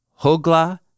Hogla